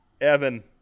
Evan